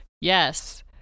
Yes